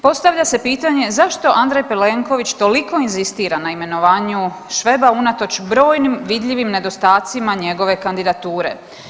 Postavlja se pitanje zašto Andrej Plenković toliko inzistira na imenovanju Šveba unatoč brojnim vidljivim nedostacima njegove kandidature?